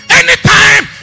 anytime